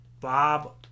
Bob